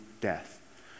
death